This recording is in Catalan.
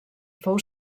fou